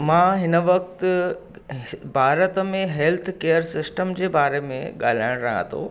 मां हिन वक़्तु भारत में हेल्थ केअर सिस्टम जे बारे में ॻाल्हाइ रहियां थो